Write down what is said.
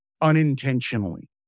unintentionally